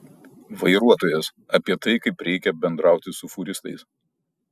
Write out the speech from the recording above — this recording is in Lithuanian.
vairuotojas apie tai kaip reikia bendrauti su fūristais